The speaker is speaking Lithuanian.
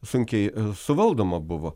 sunkiai suvaldoma buvo